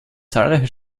zahlreiche